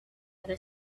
other